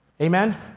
Amen